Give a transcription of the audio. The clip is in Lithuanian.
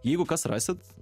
jeigu kas rasit